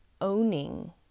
owning